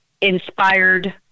inspired